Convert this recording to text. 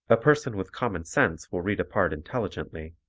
a person with common sense will read a part intelligently,